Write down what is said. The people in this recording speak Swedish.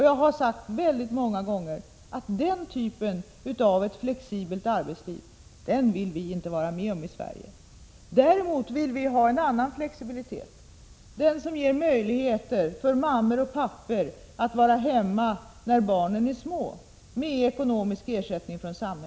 Jag har otaliga gånger framhållit att vi i Sverige inte vill vara med om den typen av flexibelt arbetsliv. Vi vill däremot ha en flexibilitet som möjliggör för mammor och pappor att med ekonomisk ersättning från samhället vara hemma när barnen är små.